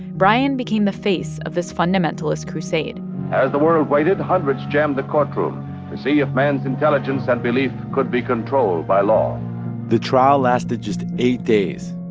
bryan became the face of this fundamentalist crusade as the world, waited hundreds jammed the courtroom to see if man's intelligence and beliefs could be controlled by law the trial lasted just eight days.